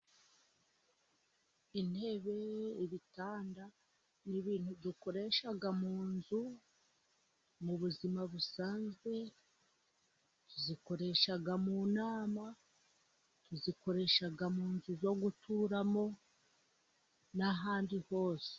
Intebe, ibitanda, ni ibintu dukoresha mu nzu, mu buzima busanzwe tuzikoresha mu nama, tuzikoresha mu nzu zo guturamo n'ahandi hose.